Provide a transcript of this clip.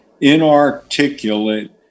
Inarticulate